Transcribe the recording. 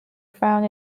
found